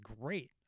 great